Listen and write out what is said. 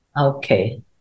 Okay